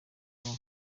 nabo